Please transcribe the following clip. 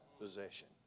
possession